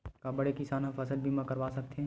का बड़े किसान ह फसल बीमा करवा सकथे?